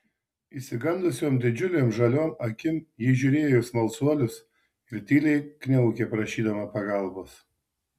išsigandusiom didžiulėm žaliom akim ji žiūrėjo į smalsuolius ir tyliai kniaukė prašydama pagalbos